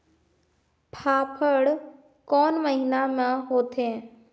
फाफण कोन महीना म होथे?